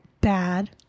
bad